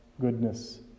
goodness